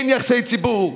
אין יחסי ציבור.